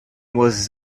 was